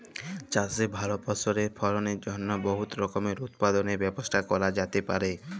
চাষে ভাল ফসলের ফলনের জ্যনহে বহুত রকমের উৎপাদলের ব্যবস্থা ক্যরা যাতে পারে